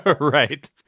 Right